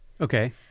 Okay